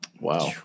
Wow